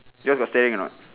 your got steering or not